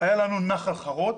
היה לנו נחל חרוד,